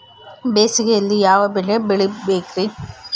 ಬೇಸಿಗೆಯಲ್ಲಿ ಯಾವ ಬೆಳೆ ಬೆಳಿಬೇಕ್ರಿ?